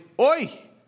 oi